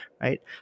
Right